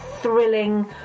thrilling